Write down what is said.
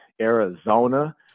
Arizona